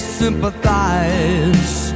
sympathize